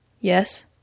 Yes